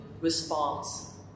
response